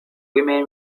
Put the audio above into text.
women